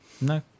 no